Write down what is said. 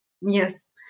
Yes